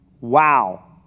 wow